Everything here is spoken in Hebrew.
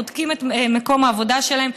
בודקים את מקום העבודה שלהם,